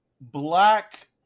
black